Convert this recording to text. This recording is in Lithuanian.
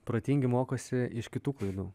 protingi mokosi iš kitų klaidų